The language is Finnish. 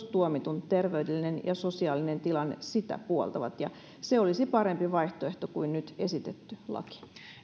tuomitun terveydellinen ja sosiaalinen tilanne sitä puoltavat se olisi parempi vaihtoehto kuin nyt esitetty laki